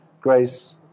grace